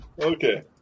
Okay